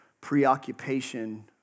preoccupation